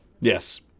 Yes